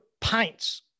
PINTS